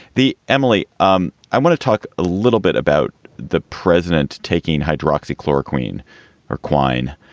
the emily, um i want to talk a little bit about the president taking hydroxy clora queen or quine,